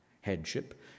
headship